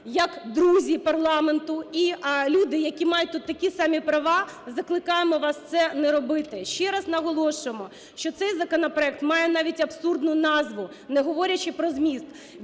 як друзі парламенту і люди, які мають тут такі самі права закликаємо вас це не робити. Ще раз наголошуємо, що цей законопроект має навіть абсурдну назву, не говорячи про зміст.